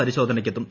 പരിശോധനയ്ക്കെത്തും